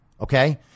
okay